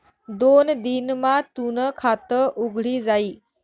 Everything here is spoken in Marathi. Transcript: दोन दिन मा तूनं खातं उघडी जाई